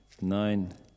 nine